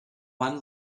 one